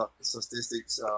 statistics